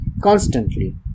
constantly